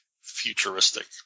futuristic